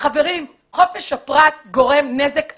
חברים, חופש הפרט גורם נזק אדיר.